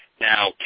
Now